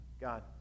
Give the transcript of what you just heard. God